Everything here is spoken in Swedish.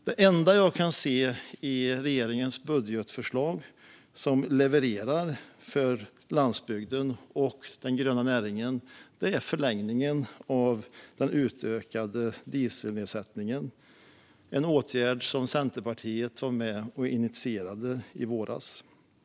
Det enda jag kan se i regeringens budgetförslag som levererar för landsbygden och den gröna näringen är förlängningen av den utökade dieselnedsättningen. Detta är en åtgärd som Centerpartiet var med och initierade i våras.